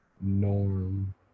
norm